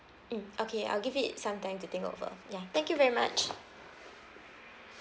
mm okay I'll give it some time to think over ya thank you very much